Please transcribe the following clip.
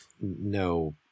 no